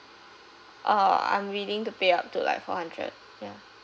uh I'm willing to pay up to like four hundred ya